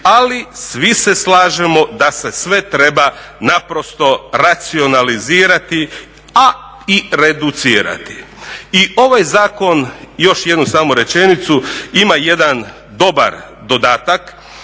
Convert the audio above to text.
ali svi se slažemo da se sve treba naprosto racionalizirati, a i reducirati. I ovaj zakon, još jednu samo rečenicu, ima jedan dobar dodatak.